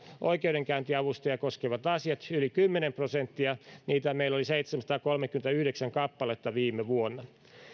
oikeudenkäyntiavustajia koskevat asiat yli kymmenen prosenttia niitä meillä oli seitsemänsataakolmekymmentäyhdeksän kappaletta viime vuonna